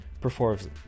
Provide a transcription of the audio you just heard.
performs